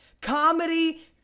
Comedy